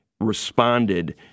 responded